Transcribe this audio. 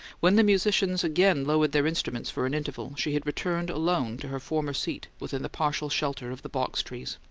when the musicians again lowered their instruments for an interval she had returned, alone, to her former seat within the partial shelter of the box-trees.